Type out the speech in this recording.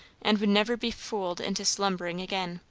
and would never be fooled into slumbering again.